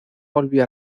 volvió